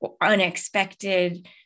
unexpected